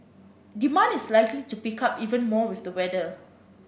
demand is likely to pick up even more with the weather